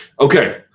Okay